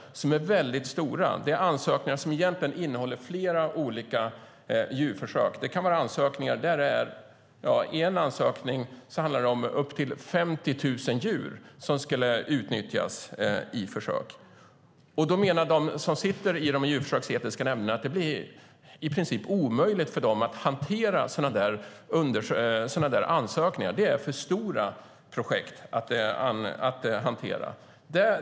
Det är ansökningar som egentligen omfattar flera olika djurförsök. Till exempel en ansökan handlade om upp till 50 000 djur som skulle utnyttjas i försök. De som sitter i de djurförsöksetiska nämnderna menar att det blir i princip omöjligt för dem att hantera sådana ansökningar. Det är för stora projekt att hantera.